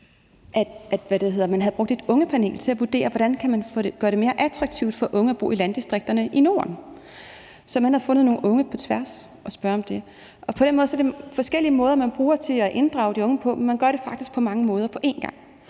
at man havde brugt et ungepanel til at vurdere, hvordan man kan gøre det mere attraktivt for unge at bo i landdistrikterne i Norden. Så man havde fundet nogle unge på kryds og tværs og spurgt om det. På den måde er det forskellige måder, man inddrager de unge på. Man gør det faktisk på mange måder på en gang.